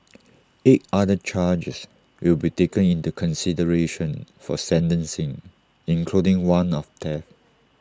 eight other charges will be taken into consideration for sentencing including one of theft